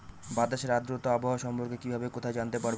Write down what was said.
বাতাসের আর্দ্রতা ও আবহাওয়া সম্পর্কে কিভাবে কোথায় জানতে পারবো?